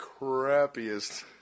crappiest